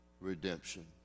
redemption